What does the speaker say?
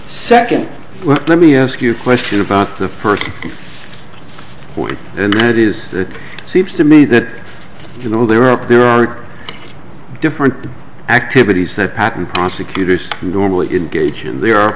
second well let me ask you a question about the first one and that is that it seems to me that you know there are up there are different activities that pattern prosecutors normally in gaijin the